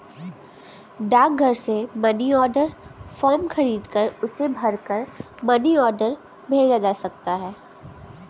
डाकघर से money order form खरीदकर उसे भरकर मनी ऑर्डर भेजा जा सकता है